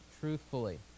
truthfully